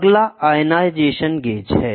अगला ionization gauge है